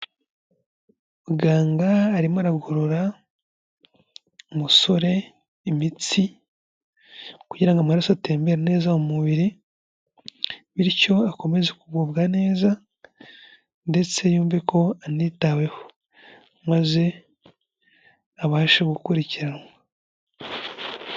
Muganga arimo aragorora umusore imitsi, kugira ngo amaraso atemmbe neza mu mubiri, bityo akomeze kugubwa neza ndetse yumve ko anitaweho maze abashe gukurikiranwa.